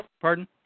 pardon